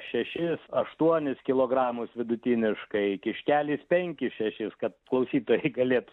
šešis aštuonis kilogramus vidutiniškai kiškelis penkis šešis kad klausytojai galėt